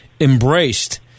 embraced